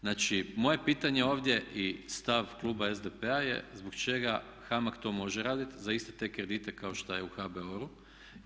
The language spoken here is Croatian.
Znači moje pitanje ovdje i stav kluba SDP-a je zbog čega HAMAG to može raditi za iste te kredite kao što je u HBOR-u.